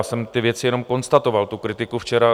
Já jsem ty věci jenom konstatoval, tu kritiku, včera.